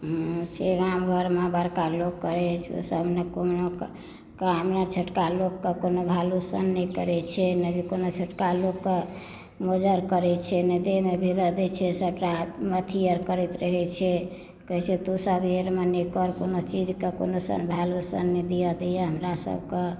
गाम घरमे बड़का लोकके रहैत छै ओसभ नहि कोनो छोटका लोककेँ कोनो वैल्यूएशन नहि करैत छै नहि कोनो छोटका लोककेँ मोजर करैत छै नहि देहमे भीरय दैत छै सभटा अथी आओर करैत रहैत छै कहैत छै तू सभ अइ आओरमे नहि कर कोनो चीजकेँ कोनो सन वैल्यूएशन नहि दिअ दैए हमरासभकेँ